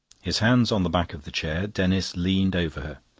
his hands on the back of the chair, denis leaned over her.